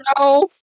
No